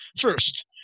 First